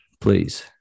please